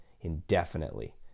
indefinitely